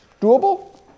Doable